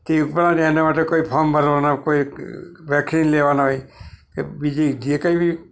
કે એના માટે કોઈ ફોમ ભરવાનું કોઈ વેક્સિન લેવાના હોય કે બીજી જે કંઈ બી